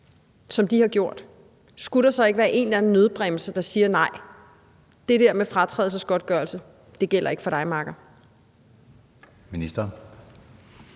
som de har gjort? Skulle der så ikke være en eller anden nødbremse, der siger: Nej, det der med fratrædelsesgodtgørelse gælder ikke for dig, makker? Kl.